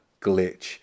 glitch